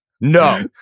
No